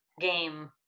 game